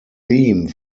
theme